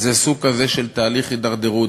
זה סוג כזה של תהליך הידרדרות,